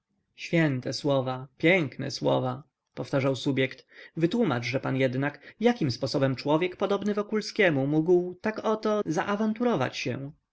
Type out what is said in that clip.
święte słowa piękne słowa powtarzał subjekt wytłomaczże pan jednak jakim sposobem człowiek podobny wokulskiemu mógł tak oto zaawanturować się